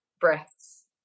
breaths